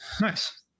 Nice